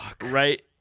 right